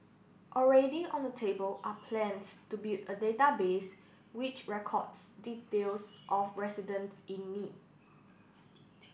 already on the table are plans to build a database which records details of residents in need